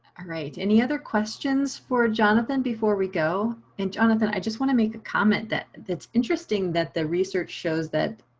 ah right, any other questions for jonathan before we go and jonathan, i just want to make a comment that that's interesting that the research shows that